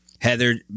Heather